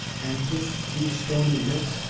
and kiss these stony lips,